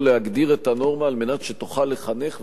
להגדיר את הנורמה על מנת שתוכל לחנך,